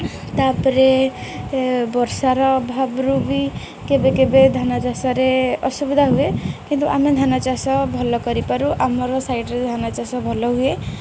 ତାପରେ ବର୍ଷାର ଅଭାବରୁ ବି କେବେ କେବେ ଧାନ ଚାଷରେ ଅସୁବିଧା ହୁଏ କିନ୍ତୁ ଆମେ ଧାନ ଚାଷ ଭଲ କରିପାରୁ ଆମର ସାଇଡ଼ରେ ଧାନ ଚାଷ ଭଲ ହୁଏ